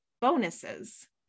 bonuses